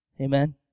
Amen